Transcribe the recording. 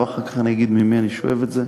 ואחר כך אני אגיד ממי אני שואב את זה,